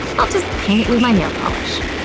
i'll just paint it with my nail polish.